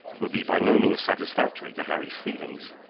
would be by no means satisfactory to harry's feelings,